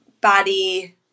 body